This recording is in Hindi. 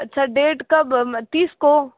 अच्छा डेट कब तीस को